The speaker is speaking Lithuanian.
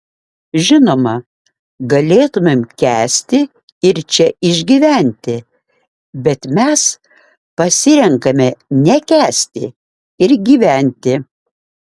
žinoma galėtumėm kęsti ir čia išgyventi bet mes pasirenkame nekęsti ir gyventi